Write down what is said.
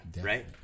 Right